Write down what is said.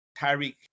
Tyreek